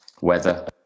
weather